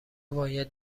باید